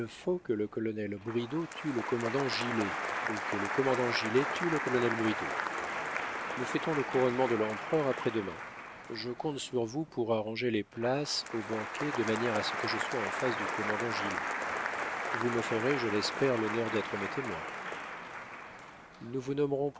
que le colonel bridau tue le commandant gilet ou que le commandant gilet tue le colonel bridau nous fêtons le couronnement de l'empereur après-demain je compte sur vous pour arranger les places au banquet de manière à ce que je sois en face du commandant gilet vous me ferez je l'espère l'honneur d'être mes témoins nous vous